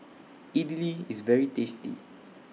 Idili IS very tasty